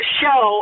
show